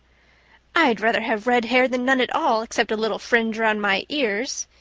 i'd rather have red hair than none at all, except a little fringe round my ears,